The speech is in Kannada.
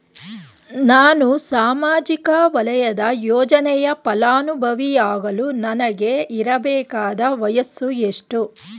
ನಾನು ಸಾಮಾಜಿಕ ವಲಯದ ಯೋಜನೆಯ ಫಲಾನುಭವಿಯಾಗಲು ನನಗೆ ಇರಬೇಕಾದ ವಯಸ್ಸುಎಷ್ಟು?